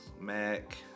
Mac